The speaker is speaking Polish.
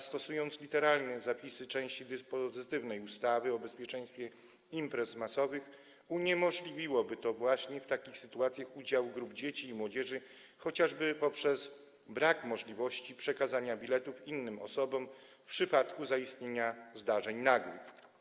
Stosowanie literalnie zapisów części dyspozytywnej ustawy o bezpieczeństwie imprez masowych uniemożliwiłoby właśnie w takich sytuacjach udział grup dzieci i młodzieży, chociażby z powodu braku możliwości przekazania biletów innym osobom w przypadku zaistnienia zdarzeń nagłych.